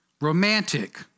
romantic